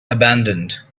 abandoned